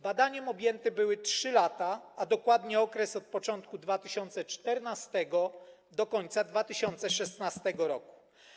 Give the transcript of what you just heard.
Badaniem objęte były 3 lata, a dokładnie okres od początku 2014 r. do końca 2016 r.